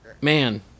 man